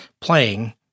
playing